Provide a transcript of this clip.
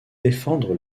défendre